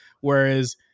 whereas